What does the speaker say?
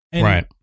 Right